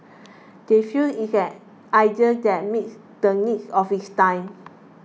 they feel it's an idea that meets the needs of its time